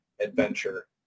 adventure